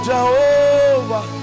Jehovah